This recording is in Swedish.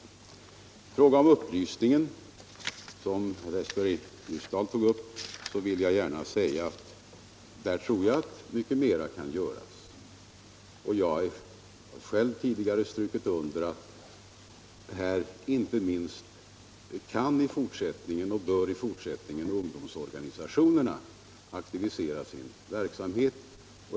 I fråga om upplysningsverksamheten, som herr Westberg i Ljusdal tog upp, vill jag säga att jag tror att mycket mera kan göras på det området. Jag har tidigare strukit under att inte minst ungdomsorganisationerna i fortsättningen bör aktivisera sin verksamhet.